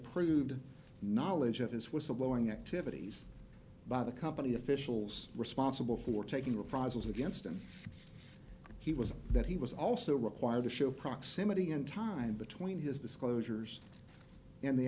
proved knowledge of his whistleblowing activities by the company officials responsible for taking reprisals against him he was that he was also required to show proximity in time between his disclosures and the